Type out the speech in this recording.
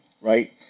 right